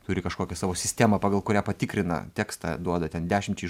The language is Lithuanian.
turi kažkokią savo sistemą pagal kurią patikrina tekstą duoda ten dešimčiai